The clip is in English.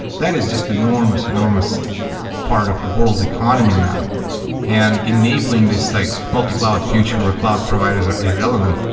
that is just enormous, enormous part of the world's economy now and enabling this like multi-cloud future where cloud providers are irrelevant.